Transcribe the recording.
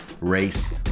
race